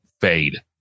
fade